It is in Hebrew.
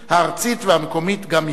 הארצית והמקומית גם יחד.